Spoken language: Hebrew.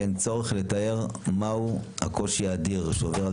שאין צורך לתאר מהו הקושי האדיר שעובר על